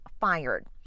fired